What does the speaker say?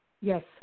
Yes